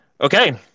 Okay